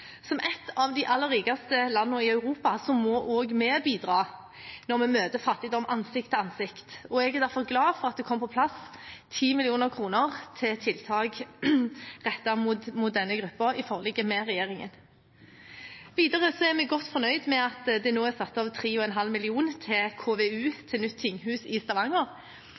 Som et av de aller rikeste landene i Europa må også vi bidra når vi møter fattigdom ansikt til ansikt, og jeg er derfor glad for at det kommer på plass 10 mill. kr til tiltak rettet mot denne gruppen i forliket med regjeringen. Videre er vi godt fornøyd med at det nå er satt av 3,5 mill. kr til KVU om nytt tinghus i Stavanger.